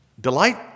Delight